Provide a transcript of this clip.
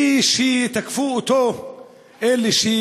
ותקפו אותו אלה,